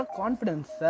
confidence